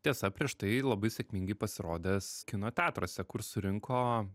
tiesa prieš tai labai sėkmingai pasirodęs kino teatruose kur surinko